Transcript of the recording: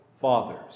fathers